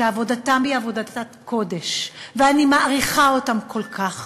שעבודתם היא עבודת קודש, ואני מעריכה אותם כל כך: